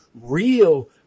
real